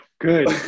good